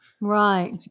Right